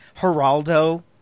Geraldo